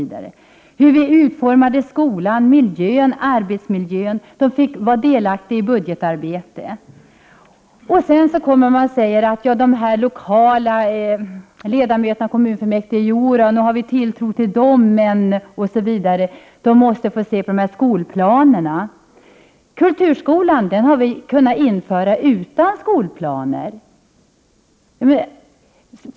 Vi utformade skolan, miljön och arbetsmiljön. 85 Eleverna fick vara delaktiga i budgetarbetet. Sedan kommer man och säger att man har tilltro till de lokala ledamöterna i kommunfullmäktige men att de måste se på skolplanerna. Kulturskolan har vi kunnat införa utan skolplaner.